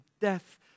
death